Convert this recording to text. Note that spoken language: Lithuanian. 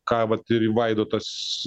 ką vat ir į vaidotas